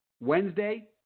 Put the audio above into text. Wednesday